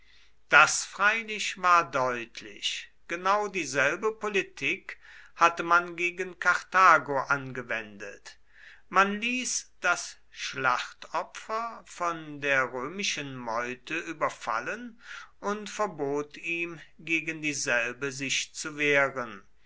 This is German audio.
das freilich war deutlich genau dieselbe politik hatte man gegen karthago angewendet man ließ das schlachtopfer von der römischen meute überfallen und verbot ihm gegen dieselbe sich zu wehren